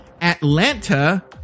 Atlanta